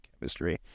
chemistry